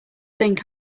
think